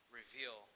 reveal